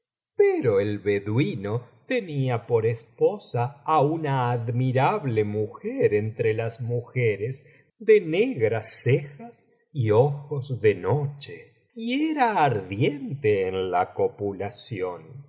pero el beduino tenía por esposa á una admirable mujer entre las mujeres de negras cejas y ojos de noche y era ardiente en la copulación